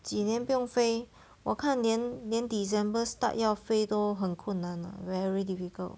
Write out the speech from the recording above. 几年不用飞我看连连 december start 要飞都很困难 ah very difficult